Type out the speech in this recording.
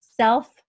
self